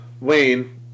Wayne